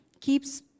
keeps